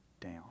down